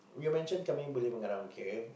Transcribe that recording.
you mentioned kami boleh mengarang okay